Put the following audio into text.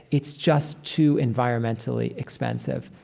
it's just too environmentally expensive